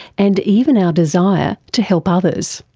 and even our desire to help others.